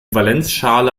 valenzschale